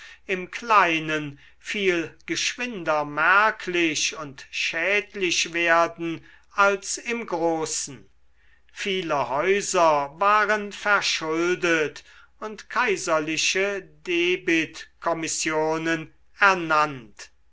im kleinen viel geschwinder merklich und schädlich werden als im großen viele häuser waren verschuldet und kaiserliche debitkommissionen ernannt